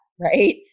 right